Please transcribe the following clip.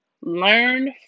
learn